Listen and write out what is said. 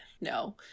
no